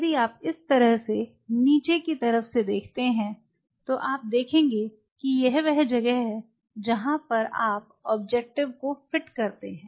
यदि आप इस तरह से नीचे की तरफ से देखते हैं तो आप देखेंगे कि यह वह जगह है जहां आप ऑब्जेक्टिव को फिट करते हैं